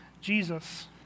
Jesus